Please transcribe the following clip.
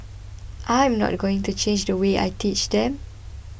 I'm not going to change the way I teach them